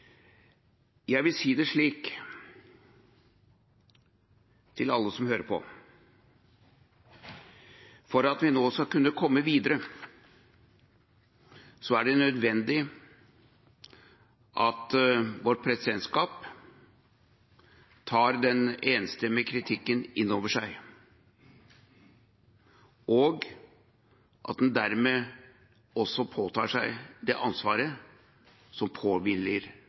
Jeg vil si det slik til alle som hører på: For at vi nå skal kunne komme videre, er det nødvendig at vårt presidentskap tar den enstemmige kritikken inn over seg, og at en dermed også påtar seg det ansvaret som påhviler